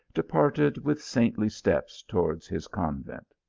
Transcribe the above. departed with saintly steps towards his convent.